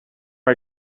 are